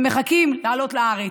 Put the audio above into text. ומחכים לעלות לארץ.